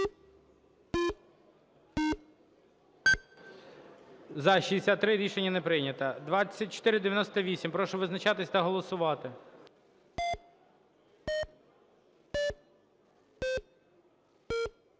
За-63 Рішення не прийнято. 2498. Прошу визначатись та голосувати.